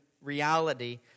reality